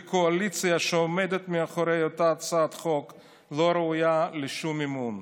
וקואליציה שעומדת מאחורי אותה הצעת חוק לא ראויה לשום אמון.